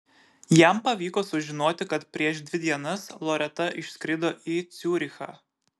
jam pavyko sužinoti kad prieš dvi dienas loreta išskrido į ciurichą